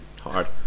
hard